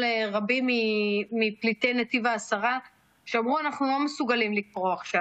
בכלל לדמיין ואי-אפשר בכלל לתאר ואף אחד מאיתנו לא יכול להעלות על דל